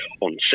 on